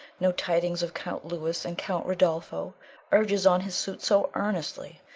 no tidings of count louis, and count rodolpho urges on his suit so earnestly.